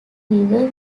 river